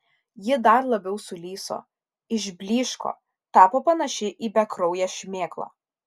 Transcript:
ji dar labiau sulyso išblyško tapo panaši į bekrauję šmėklą